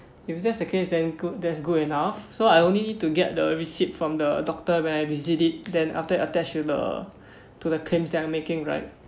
if that's the case then good that's good enough so I only need to get the receipt from the doctor when I visit it then after attach with the to the claims that I'm making right